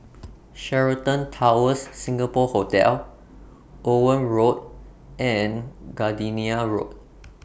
Sheraton Towers Singapore Hotel Owen Road and Gardenia Road